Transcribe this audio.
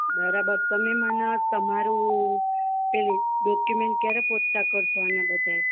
બરાબર તમે મને તમારું પેલી ડોકયુમેંટ ક્યારે પહોંચતા કરશો આના બધાય